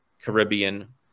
caribbean